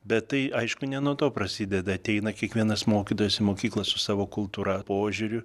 bet tai aišku ne nuo to prasideda ateina kiekvienas mokytojas į mokyklas su savo kultūra požiūriu